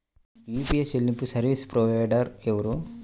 UPI చెల్లింపు service provider ఎవరు?